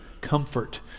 comfort